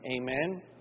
Amen